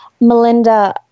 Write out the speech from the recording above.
Melinda